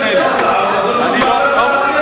יש שתי הצעות ולכן הולכים לוועדת הכנסת.